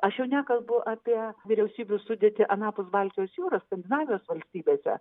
aš jau nekalbu apie vyriausybių sudėtį anapus baltijos jūros skandinavijos valstybėse